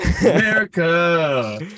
America